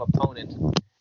opponent